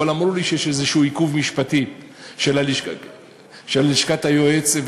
אבל אמרו לי שיש עיכוב משפטי כלשהו של לשכת היועץ,